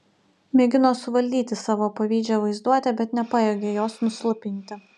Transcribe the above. mėgino suvaldyti savo pavydžią vaizduotę bet nepajėgė jos nuslopinti